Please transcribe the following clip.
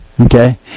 Okay